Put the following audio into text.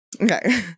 Okay